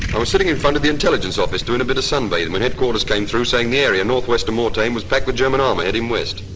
i was sitting in front of the intelligence office doing a bit of sunbathing when headquarters came through saying the area northwest of mortain was packed with german armor heading west.